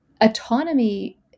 autonomy